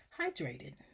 hydrated